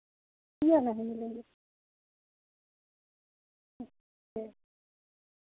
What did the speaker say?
ये नहीं मिलेंगे अच्छा